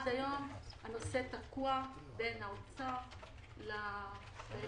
עד היום הנושא תקוע בין האוצר למשרד